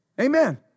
Amen